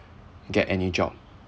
get any job